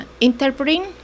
Interpreting